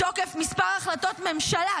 מתוקף מספר החלטות ממשלה,